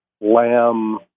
lamb